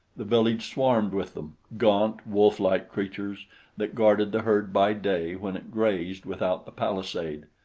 the village swarmed with them, gaunt, wolflike creatures that guarded the herd by day when it grazed without the palisade,